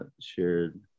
shared